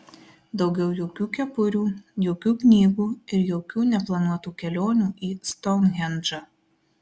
daugiau jokių kepurių jokių knygų ir jokių neplanuotų kelionių į stounhendžą